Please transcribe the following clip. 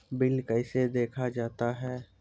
Bill कैसे देखा जाता हैं?